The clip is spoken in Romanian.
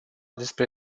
despre